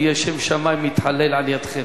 ויהיה שם שמים מתחלל על-ידכם.